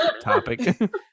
topic